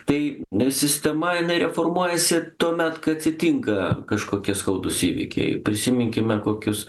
tai sistema jinai reformuojasi tuomet kai atsitinka kažkokie skaudūs įvykiai prisiminkime kokius